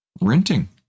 renting